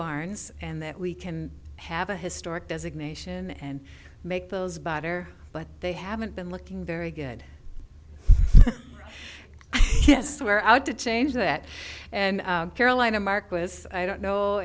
barns and that we can have a historic designation and make those better but they haven't been looking very good yes we're out to change that and carolina mark was i don't know